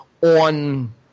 on